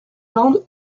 band